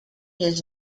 his